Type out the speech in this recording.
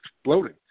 exploding